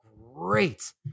great